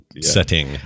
setting